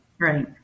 Right